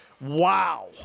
wow